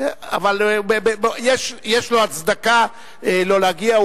יש לו הצדקה לא להגיע,